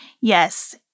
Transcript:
Yes